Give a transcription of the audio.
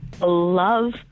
Love